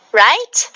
right